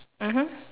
mmhmm